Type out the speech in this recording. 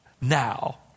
Now